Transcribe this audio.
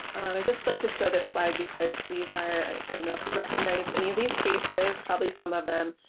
i just like to show this slide because these are i don't know if you recognize any of these faces probably some of them.